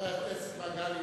חבר הכנסת מגלי והבה.